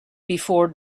before